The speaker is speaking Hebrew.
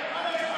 למה?